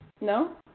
No